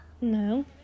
No